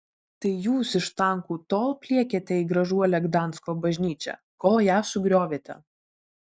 tai jūs iš tankų tol pliekėte į gražuolę gdansko bažnyčią kol ją sugriovėte